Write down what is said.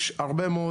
יש הרבה מאוד